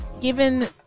given